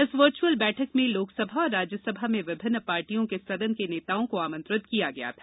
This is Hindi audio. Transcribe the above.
इस वर्घ्अल बैठक में लोकसभा और राज्यसभा में विभिन्न पार्टियों के सदन के नेताओं को आमंत्रित किया गया था